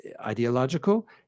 ideological